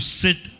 sit